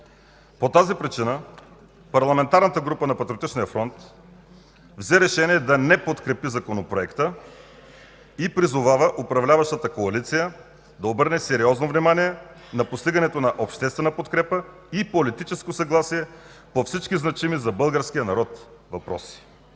По тази причина Парламентарната група на Патриотичния фронт взе решение да не подкрепи Законопроекта и призовава управляващата коалиция да обърне сериозно внимание на постигането на обществена подкрепа и политическо съгласие по всички значими за българския народ въпроси,